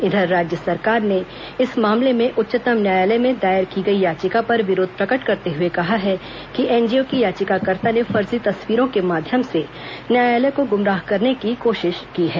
इधर राज्य सरकार ने इस मामले में उच्चतम न्यायालय में दायर की गई याचिका पर विरोध प्रकट करते हुए कहा है कि एनजीओ की याचिकाकर्ता ने फर्जी तस्वीरों के माध्यम से न्यायालय को गुमराह करने की कोशिश कर रही है